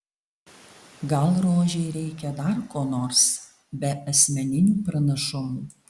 gal rožei reikia dar ko nors be asmeninių pranašumų